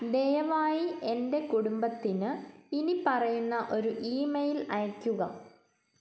ദയവായി എന്റെ കുടുംബത്തിന് ഇനിപ്പറയുന്ന ഒരു ഇമെയില് അയയ്ക്കുക